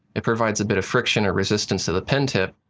it provides a bit of friction or resistance to the pen tip,